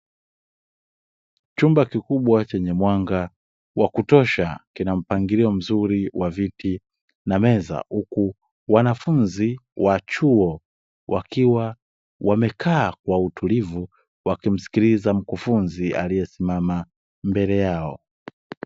Chumba kikubwa chenye mwanga wa kutosha, kinampangilio mzuri wa viti na meza, huku wanafunzi wa chuo wakiwa wamekaa kwa utulivu wakimsikiliza mkufunzi aliyesimama mbele yao.